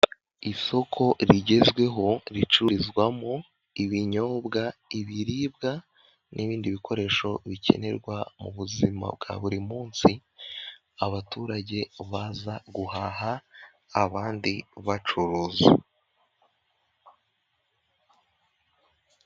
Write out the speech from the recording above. Isoko rigezweho, ricururizwamo ibinyobwa, ibiribwa , n'ibindi bikoresho bikenerwa mu buzima bwa buri munsi, abaturage baza guhaha, abandi bacuruza.